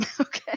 Okay